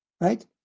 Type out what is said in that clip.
Right